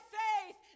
faith